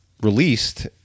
released